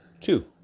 Two